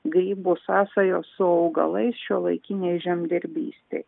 grybų sąsajos su augalais šiuolaikinėj žemdirbystėj